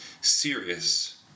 serious